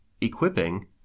equipping